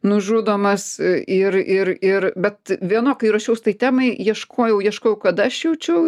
nužudomas ir ir ir bet viena kai ruošiaus šitai temai ieškojau ieškojau kada aš jaučiau